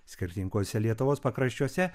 skirtinguose lietuvos pakraščiuose